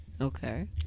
Okay